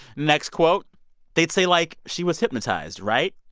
next quote they'd say, like, she was hypnotized, right?